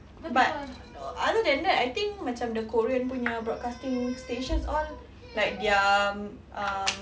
but other than that I think macam the korean punya broadcasting stations all like their um